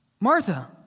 Martha